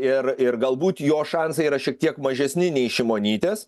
ir ir galbūt jo šansai yra šiek tiek mažesni nei šimonytės